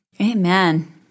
Amen